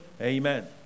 Amen